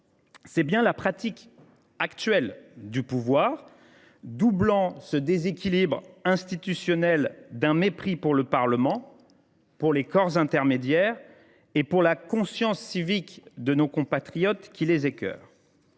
C’est bien la pratique actuelle du pouvoir, sous lequel au déséquilibre institutionnel s’ajoute un mépris inédit pour le Parlement, pour les corps intermédiaires et pour la conscience civique de nos compatriotes, qui les écœure.